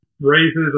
raises